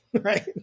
right